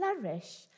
flourish